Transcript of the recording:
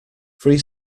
free